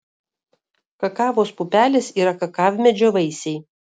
kakavos pupelės yra kakavmedžio vaisiai